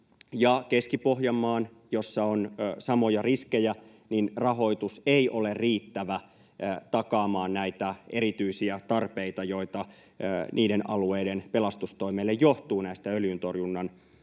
Keski-Pohjanmaan, jossa on samoja riskejä, rahoitus ei ole riittävä takaamaan näitä erityisiä tarpeita, joita niiden alueiden pelastustoimelle johtuu näistä öljyntorjunnan vaatimuksista.